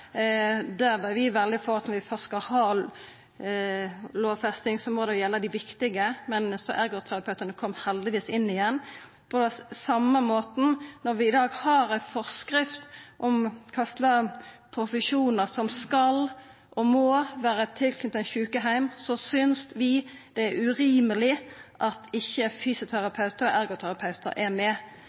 Vi er veldig for at når ein først skal ha lovfesting, må det gjelda dei viktige. Ergoterapeutane kom heldigvis inn igjen. På same måten: Når vi i dag har ei forskrift om kva slags profesjonar som skal og må vera tilknytte ein sjukeheim, synest vi det er urimeleg at fysioterapeutar og ergoterapeutar ikkje er med.